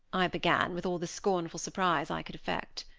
i began, with all the scornful surprise i could affect.